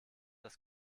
das